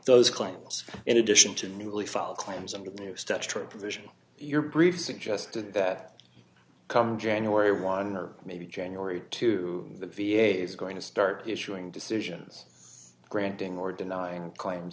those claims in addition to newly file claims provision your brief suggested that come january one or maybe january two the v a s going to start issuing decisions granting or denying claims